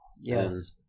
Yes